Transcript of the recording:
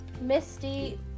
Misty